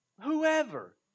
whoever